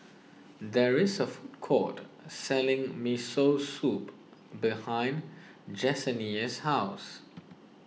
there is a food court selling Miso Soup behind Jessenia's house